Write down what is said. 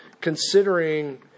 considering